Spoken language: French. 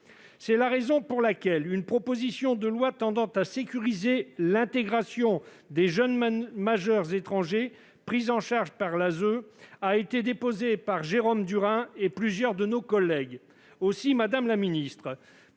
C'est la raison pour laquelle une proposition de loi tendant à sécuriser l'intégration des jeunes majeurs étrangers pris en charge par l'aide sociale à l'enfance (ASE) a été déposée par Jérôme Durain et plusieurs de nos collègues. Aussi, madame la ministre,